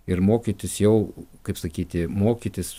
ir mokytis jau kaip sakyti mokytis